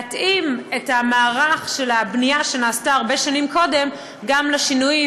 להתאים את המערך של הבנייה שנעשתה הרבה שנים קודם לשינויים